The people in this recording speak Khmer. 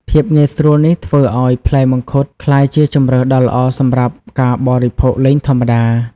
ភាពងាយស្រួលនេះធ្វើឲ្យផ្លែមង្ឃុតក្លាយជាជម្រើសដ៏ល្អសម្រាប់ការបរិភោគលេងធម្មតា។